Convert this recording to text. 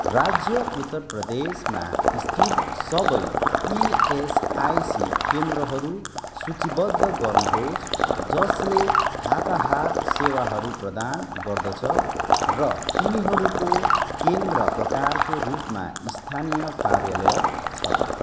राज्य उत्तर प्रदेशमा स्थित सबै इएसआइसी केन्द्रहरू सूचीबद्ध गर्नुहोस् जसले हताहत सेवाहरू प्रदान गर्दछ र तिनीहरूको केन्द्र प्रकारको रूपमा स्थानीय कार्यालय छ